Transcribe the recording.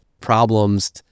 problems